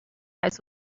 thighs